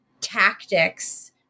tactics